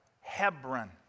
Hebron